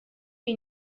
iyi